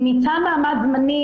אם ניתן מעמד זמני,